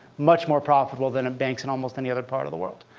much more profitable than banks in almost any other part of the world.